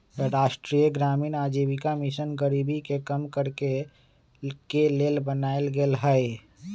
राष्ट्रीय ग्रामीण आजीविका मिशन गरीबी के कम करेके के लेल बनाएल गेल हइ